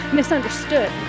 misunderstood